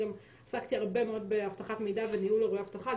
עסקתי הרבה מאוד באבטחת מידע וניהול אירועי אבטחה,